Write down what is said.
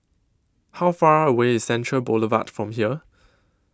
How Far away IS Central Boulevard from here